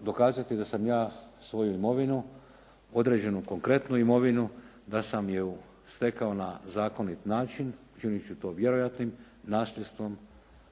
dokazati da sam ja svoju imovinu, određenu konkretnu imovinu da sam je stekao na zakonit način. Učinit ću to vjerojatnim nasljedstvom,